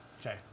Okay